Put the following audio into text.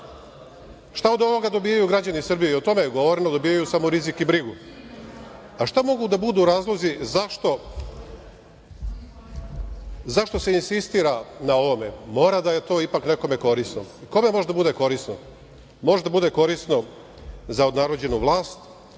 od ovoga dobijaju građani Srbije, i o tome je govoreno , dobijaju samo rizik i brigu. Šta mogu da budu razlozi zašto se insistira na ovome. Mora da je to nekome korisno. Kome može da bude korisno? Može da bude korisno za odnarođenu vlast,